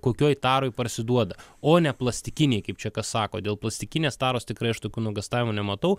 kokioj taroj parsiduoda o ne plastikiniai kaip čia kas sako dėl plastikinės taros tikrai aš tokių nuogąstavimų nematau